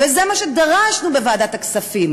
זה מה שדרשנו בוועדת הכספים: